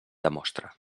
demostra